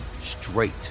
straight